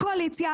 כל הקואליציה,